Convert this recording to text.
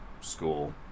school